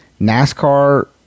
NASCAR